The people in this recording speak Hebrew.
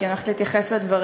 כי אני הולכת להתייחס לדבריך,